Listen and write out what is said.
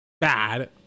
bad